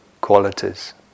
qualities